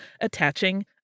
Attaching